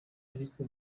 ariko